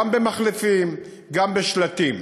גם במחלפים וגם בשלטים.